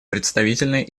представительной